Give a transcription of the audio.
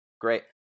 Great